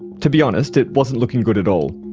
to be honest, it wasn't looking good at all.